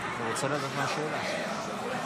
בהמשך לנושא חנוכה,